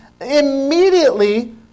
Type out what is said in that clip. immediately